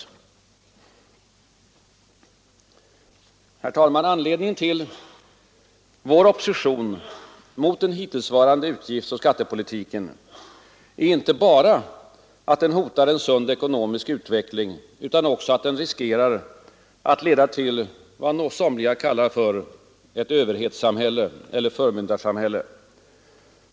Herr talman! Anledningen till vår opposition mot den hittillsvarande utgiftsoch skattepolitiken är inte bara att den hotar en sund ekonomisk utveckling, utan också att den riskerar att leda till vad somliga kallar för ett ”överhetssamhälle”, eller ett ”förmyndarsamhälle”.